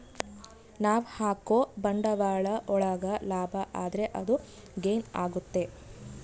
ನಾವ್ ಹಾಕೋ ಬಂಡವಾಳ ಒಳಗ ಲಾಭ ಆದ್ರೆ ಅದು ಗೇನ್ ಆಗುತ್ತೆ